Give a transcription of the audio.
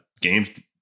games